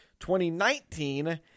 2019